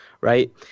right